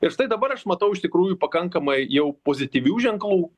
ir štai dabar aš matau iš tikrųjų pakankamai jau pozityvių ženklų